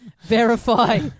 verify